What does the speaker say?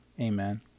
Amen